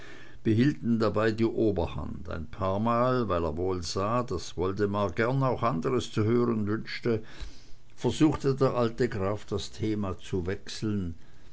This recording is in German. behielten dabei die oberhand ein paarmal weil er wohl sah daß woldemar gern auch andres zu hören wünschte versuchte der alte graf das thema zu wechseln